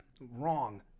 wrong